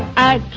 i